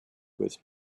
with